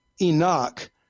Enoch